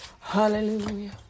hallelujah